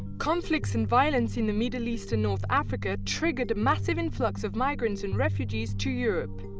conflicts and violence in the middle east and north africa triggered a massive influx of migrants and refugees to europe.